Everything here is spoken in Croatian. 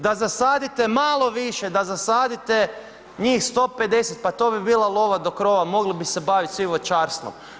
Da zasadite malo više, da zasadite njih 150, pa to bi bila lova do krova, mogli bi se bavit svi voćarstvom.